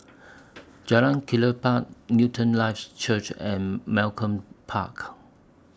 Jalan Kelichap Newton Life Church and Malcolm Park